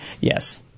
Yes